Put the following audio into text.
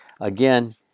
Again